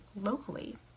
locally